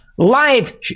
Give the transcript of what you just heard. Live